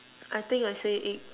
I think I say egg